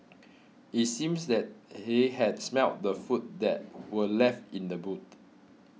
it seems that he had smelt the food that were left in the boot